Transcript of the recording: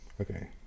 Okay